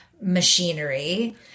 machinery